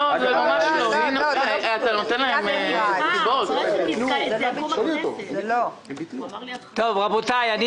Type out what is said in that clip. רבותיי, אני